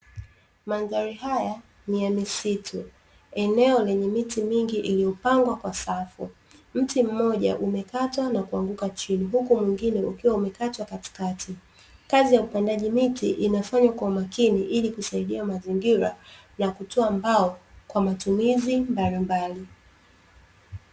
Mandhari haya ni ya misitu, eneo lenye miti mingi iliyopangwa kwa safu. Mti mmoja umekatwa na kuanguka chini huku mwingine ukiwa umekatwa katikati. Kazi ya upandaji miti inafanywa kwa umakini, ili kusaidia mazingira ya kutoa mbao kwa matumizi mbalimbali.